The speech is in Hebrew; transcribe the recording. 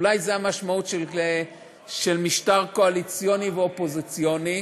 אולי זו המשמעות של משטר קואליציוני ואופוזיציוני.